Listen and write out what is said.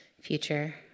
future